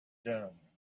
dune